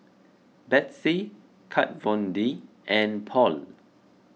Betsy Kat Von D and Paul